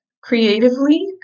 creatively